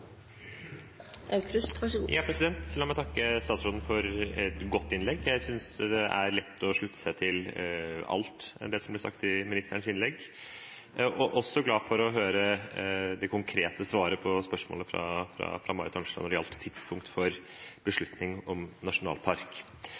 lett å slutte seg til alt det som ble sagt i ministerens innlegg. Jeg var også glad for å høre det konkrete svaret på spørsmålet fra Marit Arnstad når det gjaldt tidspunktet for